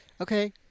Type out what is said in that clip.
Okay